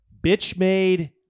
bitch-made